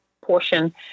portion